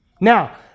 Now